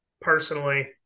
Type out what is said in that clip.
personally